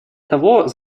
того